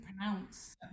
pronounce